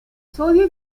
sodio